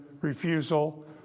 refusal